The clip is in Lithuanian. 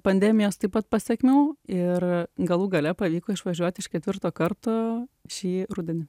pandemijos taip pat pasekmių ir galų gale pavyko išvažiuoti iš ketvirto karto šį rudenį